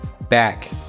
back